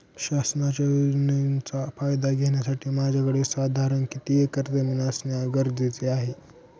शासनाच्या योजनेचा फायदा घेण्यासाठी माझ्याकडे साधारण किती एकर जमीन असणे गरजेचे आहे?